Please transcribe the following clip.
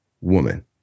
woman